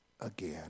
again